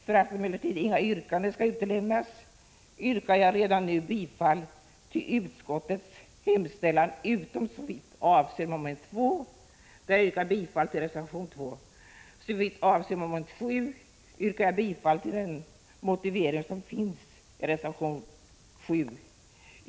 För att emellertid inga yrkanden skall utelämnas yrkar jag redan nu bifall till utskottets hemställan utom såvitt avser mom. 2, där jag yrkar bifall till reservation 2. Såvitt avser mom. 7 yrkar jag bifall till den motivering som finns i reservation 7.